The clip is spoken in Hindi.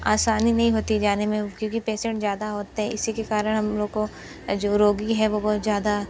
आसानी नहीं होती जाने में क्यूँकि पेसेंट ज़्यादा होते हैं इसी के कारण हम लोगों को जो रोगी है वो बहुत ज़्यादा